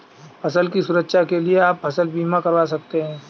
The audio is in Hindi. फसल की सुरक्षा के लिए आप फसल बीमा करवा सकते है